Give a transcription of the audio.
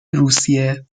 روسیه